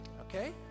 okay